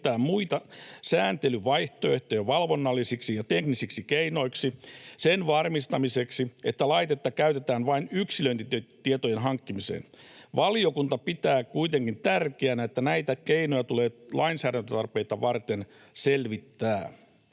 selvittää muita sääntelyvaihtoehtoja valvonnallisiksi ja teknisiksi keinoiksi sen varmistamiseksi, että laitetta käytetään vain yksilöintitietojen hankkimiseen. Valiokunta pitää kuitenkin tärkeänä, että näitä keinoja tulee lainsäädäntötarpeita varten selvittää.”